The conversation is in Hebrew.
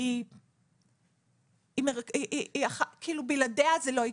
היא המרכז, כאילו בלעדיה זה לא יקרה.